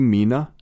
Mina؟